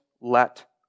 let